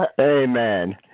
Amen